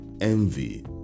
envy